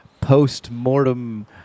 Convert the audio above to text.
post-mortem